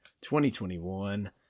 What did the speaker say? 2021